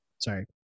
Sorry